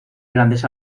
grandes